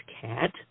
cat